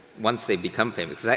once they become famous,